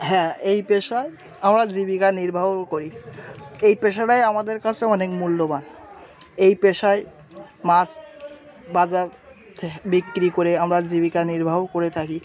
হ্যাঁ এই পেশায় আমরা জীবিকা নির্বাহ করি এই পেশাটাই আমাদের কাছে অনেক মূল্যবান এই পেশায় মাছ বাজার থেকে বিক্রি করে আমরা জীবিকা নির্বাহ করে থাকি